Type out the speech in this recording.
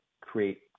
create